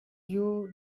you